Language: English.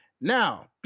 Now